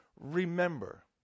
Remember